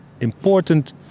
important